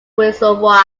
reservoir